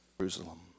Jerusalem